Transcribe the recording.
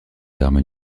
armes